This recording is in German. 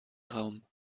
raum